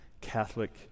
Catholic